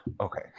Okay